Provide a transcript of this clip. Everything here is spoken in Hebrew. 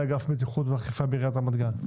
מנהל בטיחות ואכיפה בעיריית רמת גן.